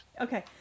Okay